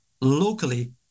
locally